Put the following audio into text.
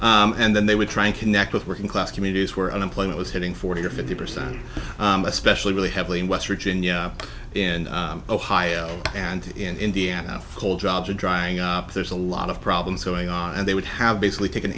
and then they would try and connect with working class communities where unemployment was hitting forty or fifty percent especially really heavily in west virginia in ohio and in indiana coal jobs are drying up there's a lot of problems going on and they would have basically take